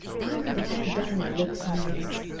i'm glad dinah looks nice,